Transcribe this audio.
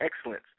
excellence